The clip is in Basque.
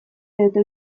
edota